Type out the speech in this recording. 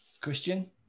Christian